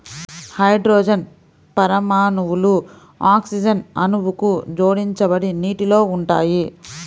hydrogen పరమాణువులు oxygen అణువుకు జోడించబడి నీటిలో ఉంటాయి